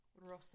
Rosa